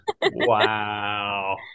Wow